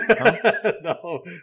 No